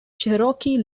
cherokee